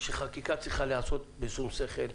שחקיקה צריכה להיעשות בשום שכל,